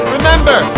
Remember